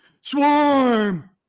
swarm